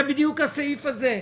זה בדיוק הסעיף הזה.